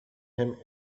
him